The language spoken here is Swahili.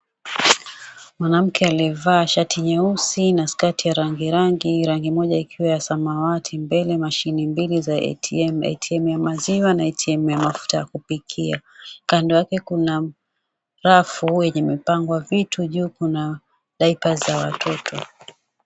Mwanamke aliyevaa shati nyeusi na skati ya rangi rangi, rangi moja ikiwa ya samawati, mbele mashini mbili za ATM, ATM ya maziwa na ATM ya mafuta ya kupikia, kando yake kuna rafu yenye imepangwa vitu. Juu kuna daipa za watoto.